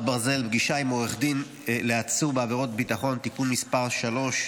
ברזל) (פגישה עם עורך דין של עצור בעבירת ביטחון) (תיקון מס' 3),